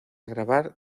grabar